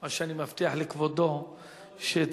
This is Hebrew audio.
החוץ והביטחון לדיון, רבותי.